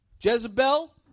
Jezebel